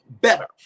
better